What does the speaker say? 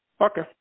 Okay